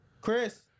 Chris